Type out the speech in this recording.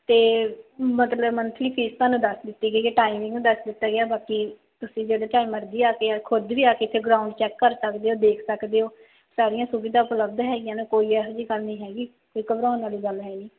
ਅਤੇ ਮਤਲਬ monthly fees ਤੁਹਾਨੂੰ ਦੱਸ ਦਿੱਤੀ ਗਈ ਆ ਟਾਈਮਿੰਗ ਦੱਸ ਦਿੱਤਾ ਗਿਆ ਬਾਕੀ ਤੁਸੀਂ ਜਿਹੜੇ ਟਾਈਮ ਮਰਜ਼ੀ ਆ ਕੇ ਖੁਦ ਵੀ ਆ ਕੇ ਇੱਥੇ ਗਰਾਉਂਡ ਚੈੱਕ ਕਰ ਸਕਦੇ ਹੋ ਦੇਖ ਸਕਦੇ ਹੋ ਸਾਰੀਆਂ ਸੁਵਿਧਾ ਉਪਲੱਬਧ ਹੈਗੀਆਂ ਨੇ ਕੋਈ ਇਹੋ ਜਿਹੀ ਗੱਲ ਨਹੀਂ ਹੈਗੀ ਅਤੇ ਘਬਰਾਉਣ ਵਾਲੀ ਗੱਲ ਹੈ ਨਹੀਂ